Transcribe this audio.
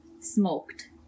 smoked